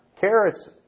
carrots